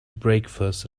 breakfast